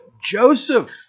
Joseph